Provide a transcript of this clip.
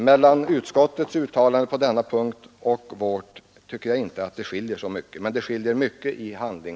Mellan utskottets uttalande på denna punkt och vårt tycker jag inte att det skiljer så mycket. Men det kan skilja mycket mellan tal och handling.